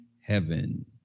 heaven